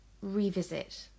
revisit